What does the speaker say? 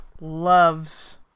loves